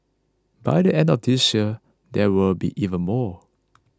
by the end of this year there will be even more